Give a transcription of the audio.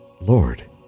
Lord